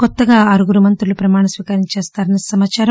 కొత్తగా ఆరుగురు మంత్రులు ప్రమాణ స్వీకారం చేస్తారని సమాచారం